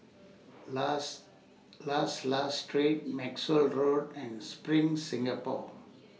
last last last Street Maxwell Road and SPRING Singapore